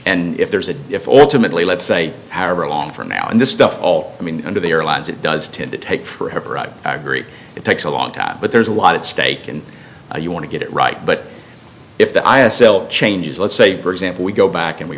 and if there's a default timidly let's say however long from now on this stuff all i mean under the airlines it does tend to take forever i agree it takes a long time but there's a lot at stake and you want to get it right but if the ira changes let's say for example we go back and we